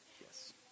Yes